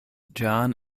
john